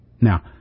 Now